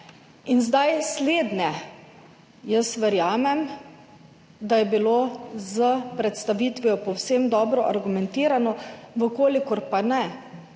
In zdaj slednje, jaz verjamem, da je bilo s predstavitvijo povsem dobro argumentirano, v kolikor pa ne,